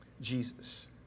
Jesus